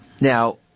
Now